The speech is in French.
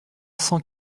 sans